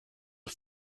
are